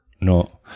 no